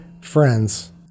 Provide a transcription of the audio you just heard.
friends